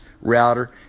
router